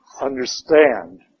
understand